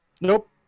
Nope